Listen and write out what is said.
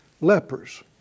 lepers